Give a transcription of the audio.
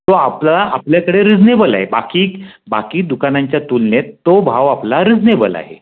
तो आपल्या आपल्याकडे रिझनेबल आहे बाकी बाकी दुकानांच्या तुलनेत तो भाव आपला रिझनेबल आहे